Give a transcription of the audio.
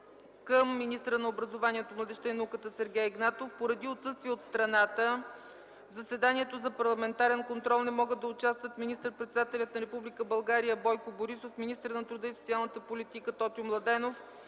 към министъра на образованието, младежта и науката Сергей Игнатов поради отсъствие от страната. В заседанието за парламентарен контрол не могат да участват министър-председателят на Република България Бойко Борисов, министърът на труда и социалната политика Тотю Младенов